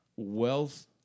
Wealth